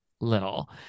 little